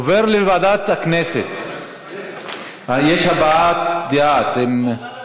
לוועדת הכנסת זה יעבור, כי יש הצעה,